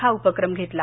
हा उपक्रम घेतला